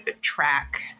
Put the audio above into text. track